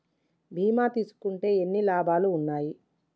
బీమా తీసుకుంటే ఎన్ని లాభాలు ఉన్నాయి?